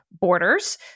borders